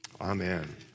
amen